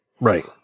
Right